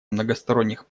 многосторонних